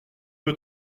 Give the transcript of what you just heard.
peu